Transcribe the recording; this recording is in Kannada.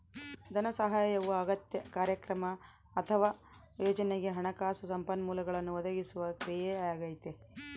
ಧನಸಹಾಯವು ಅಗತ್ಯ ಕಾರ್ಯಕ್ರಮ ಅಥವಾ ಯೋಜನೆಗೆ ಹಣಕಾಸು ಸಂಪನ್ಮೂಲಗಳನ್ನು ಒದಗಿಸುವ ಕ್ರಿಯೆಯಾಗೈತೆ